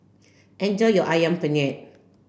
enjoy your ayam penyet